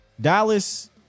Dallas